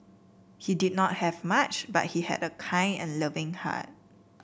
he did not have much but he had a kind and loving heart